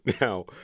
Now